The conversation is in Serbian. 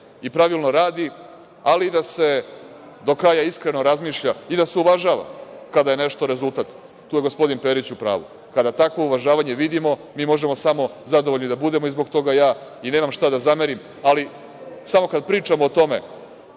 i pravilno radi, ali da se i do kraja iskreno razmišlja i da se uvažava kada je nešto rezultat i tu je gospodin Perić u pravu. Kada takvo uvažavanje vidimo, mi možemo samo zadovoljni da budemo i zbog toga ja i nemam šta da zamerim. Ali, samo kada pričamo o tome